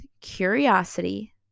curiosity